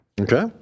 Okay